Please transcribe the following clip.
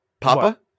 Papa